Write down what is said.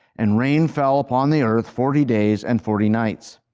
and rain fell upon the earth forty days and forty nights.